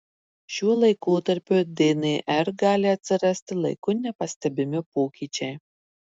šiuo laikotarpiu dnr gali atsirasti laiku nepastebimi pokyčiai